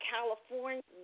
California